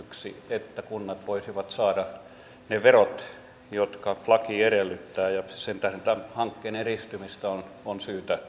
että kunnat voisivat saada ne verot jotka laki edellyttää sen tähden tämän hankkeen edistymistä on on